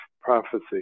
prophecy